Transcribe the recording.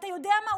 ואתה יודע מה?